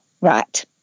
right